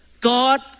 God